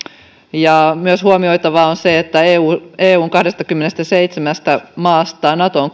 myös huomioitavaa on se että eun kahdestakymmenestäseitsemästä maasta natoon